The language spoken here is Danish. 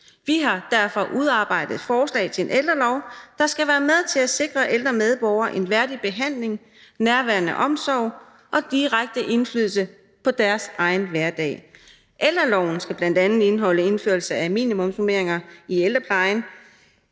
Vi har derfor udarbejdet et forslag til en ældrelov, der skal være med til at sikre ældre medborgere en værdig behandling, nærværende omsorg og direkte indflydelse på deres egen hverdag. Ældreloven skal bl.a. indeholde indførelse af minimumsnormeringer i ældreplejen